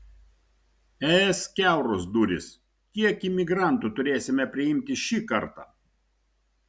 es kiauros durys kiek imigrantų turėsime priimti šį kartą